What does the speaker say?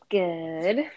good